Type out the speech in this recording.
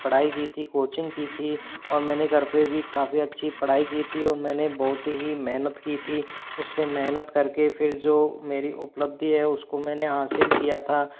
पढ़ाई की थी कोचिंग की थी और मैंने घर पर भी काफ़ी अच्छी पढ़ाई की थी और मैंने बहुत ही मेहनत की थी उसे मेहनत कर के फिर जो मेरी उपलब्धि है उसको मैं ने हासिल किया था